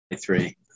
three